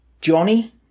Johnny